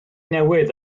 newydd